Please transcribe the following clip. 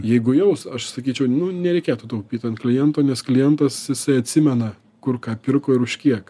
jeigu jaus aš sakyčiau nu nereikėtų taupyt ant kliento nes klientas jisai atsimena kur ką pirko ir už kiek